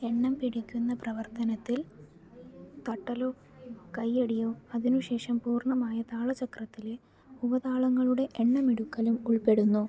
എണ്ണം പിടിക്കുന്ന പ്രവർത്തനത്തിൽ തട്ടലോ കയ്യടിയോ അതിനുശേഷം പൂർണ്ണമായ താളചക്രത്തിലെ ഉപതാളങ്ങളുടെ എണ്ണമെടുക്കലും ഉൾപ്പെടുന്നു